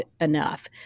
enough